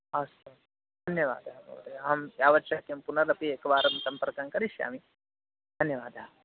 अस्तु अस्तु धन्यवादः महोदय अहं यावत् शक्यं पुनरपि एकवारं सम्पर्कं करिष्यामि धन्यवादः